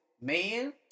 man